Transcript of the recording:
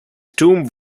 tomb